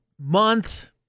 month